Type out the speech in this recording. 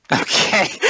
Okay